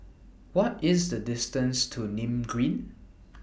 What IS The distance to Nim Green